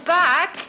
back